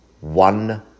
one